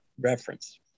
reference